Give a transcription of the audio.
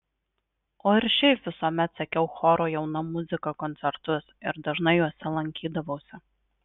o ir šiaip visuomet sekiau choro jauna muzika koncertus ir dažnai juose lankydavausi